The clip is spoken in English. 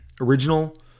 Original